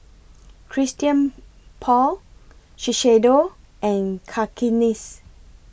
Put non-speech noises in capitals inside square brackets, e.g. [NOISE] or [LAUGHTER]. [NOISE] Christian Paul Shiseido and Cakenis